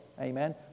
Amen